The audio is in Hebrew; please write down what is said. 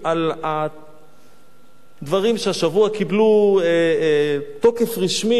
על הדברים שהשבוע קיבלו תוקף רשמי,